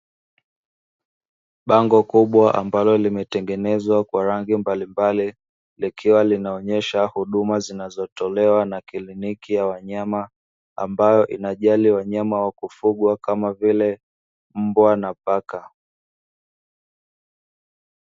Bango kubwa ambalo kimetengenezwa kwa rangi mbali mbali; likiwa linaonesha huduma zinazotolewa na kriniki ya wanyama, ambayo inajali wanyama wa kufugwa kama vile mbwa na paka.